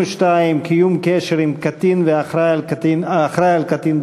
22) (קיום קשר עם קטין ואחראי על קטין בשפתם),